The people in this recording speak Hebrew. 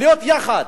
שיהיו יחד,